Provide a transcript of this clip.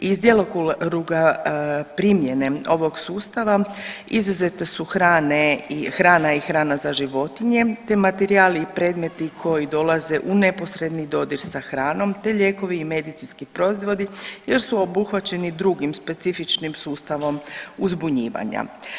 Iz djelokruga primjene ovog sustava izuzete su hrana i hrana za životinje, te materijali i predmeti koji dolaze u neposredni dodir sa hranom te lijekovi i medicinski proizvodi jer su obuhvaćeni drugim specifičnim sustavom uzbunjivanja.